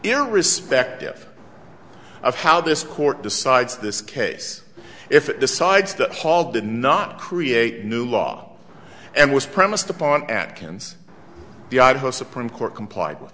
irrespective of how this court decides this case if it decides to call did not create new law and was premised upon at cannes the idaho supreme court complied with